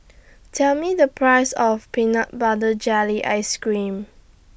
Tell Me The Price of Peanut Butter Jelly Ice Cream